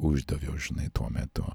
uždaviau žinai tuo metu